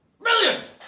Brilliant